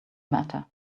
matter